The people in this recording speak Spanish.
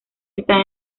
están